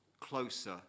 closer